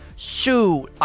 Shoot